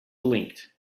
blinked